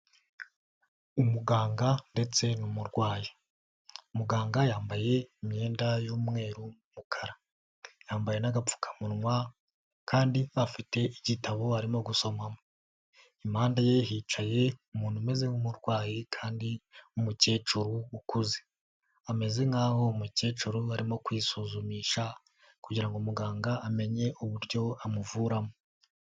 Umuganga ndetse n'umurwayi. Muganga yambaye imyenda y'umweru n'umukara. Yambaye n'agapfukamunwa kandi afite igitabo arimo gusoma. Impanda ye hicaye umuntu umeze nk'umurwayi kandi w'umukecuru ukuze, ameze nk'aho umukecuru arimo kwisuzumisha kugira ngo muganga amenye uburyo amuvuramo.